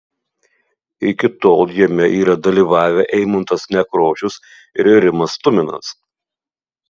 iki tol jame yra dalyvavę eimuntas nekrošius ir rimas tuminas